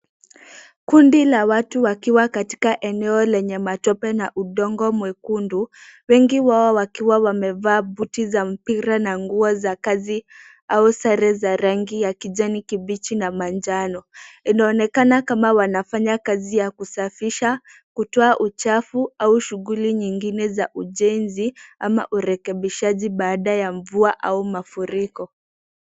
Kundi la watu wakiwa katika eneo lenye matope na udongo mwekundu, wengi wao wakiwa wamevaa buti za mpira na nguo za kazi au sare za rangi ya kijani kibichi na manjano. Inaonekana kama wanafanya kazi ya kusafisha, kutoa uchafu au shughuli nyingine za ujenzi ama urekebishaji baada ya mvua au mafuriko.